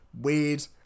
weird